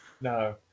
No